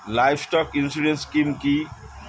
Livestock insurance scheme কি?